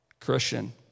Christian